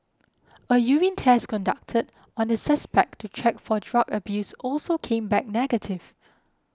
a urine test conducted on the suspect to check for drug abuse also came back negative